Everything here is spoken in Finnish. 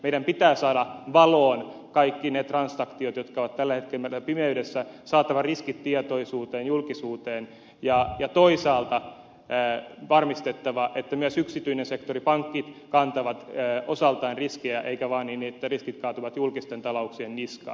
meidän pitää saada valoon kaikki ne transaktiot jotka ovat tällä hetkellä meiltä pimeydessä on saatava riskit tietoisuuteen julkisuuteen ja toisaalta varmistettava että myös yksityinen sektori pankit kantaa osaltaan riskejä eikä vaan niin että riskit kaatuvat julkisten talouksien niskaan